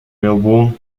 melbourne